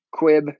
Quib